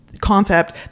concept